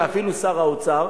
ואפילו שר האוצר,